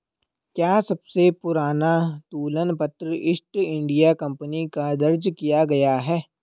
क्या सबसे पुराना तुलन पत्र ईस्ट इंडिया कंपनी का दर्ज किया गया है?